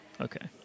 Okay